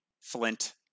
Flint